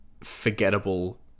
forgettable